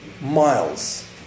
miles